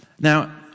Now